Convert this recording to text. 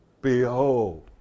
Behold